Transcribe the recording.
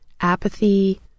apathy